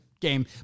game